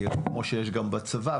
כמו שיש גם בצבא,